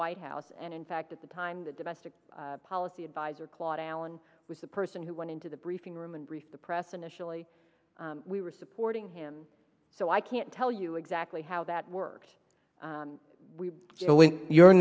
white house and in fact at the time the domestic policy adviser claude allen was the person who went into the briefing room and brief the press initially we were supporting him so i can't tell you exactly how that works when your